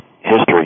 history